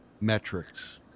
Metrics